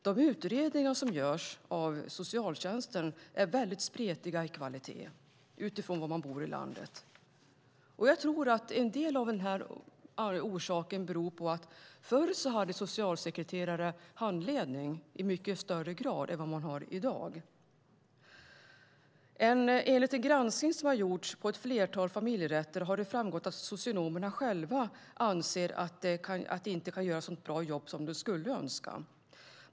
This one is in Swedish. De utredningar som görs av socialtjänsten är väldigt spretiga i kvalitet utifrån var man bor i landet. Jag tror att en del av orsaken är att socialsekreterare förr hade handledning i mycket högre grad än de har i dag. Enligt en granskning som har gjorts på ett flertal familjerätter har det framgått att socionomerna själva anser att de inte kan göra ett så bra jobb som de skulle önska.